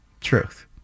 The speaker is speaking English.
Truth